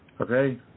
Okay